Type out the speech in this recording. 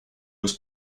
was